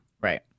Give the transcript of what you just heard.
Right